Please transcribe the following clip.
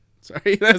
Sorry